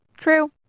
True